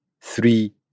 three